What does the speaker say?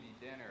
dinner